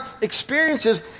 experiences